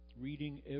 reading